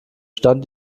stand